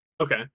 Okay